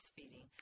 breastfeeding